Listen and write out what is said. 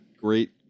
Great